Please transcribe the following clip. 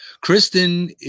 Kristen